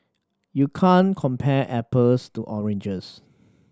you can't compare apples to oranges